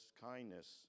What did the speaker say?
kindness